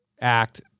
act